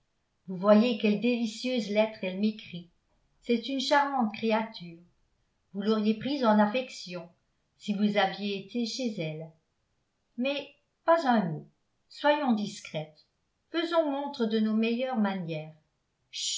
vous voyez quelle délicieuse lettre elle m'écrit c'est une charmante créature vous l'auriez prise en affection si vous aviez été chez elle mais pas un mot soyons discrète faisons montre de nos meilleures manières